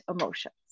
emotions